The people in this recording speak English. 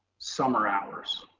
summer hours.